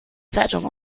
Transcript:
zeitung